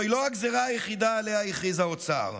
זוהי לא הגזרה היחידה שעליה הכריז האוצר.